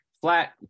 flat